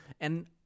and-